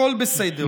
הכול בסדר.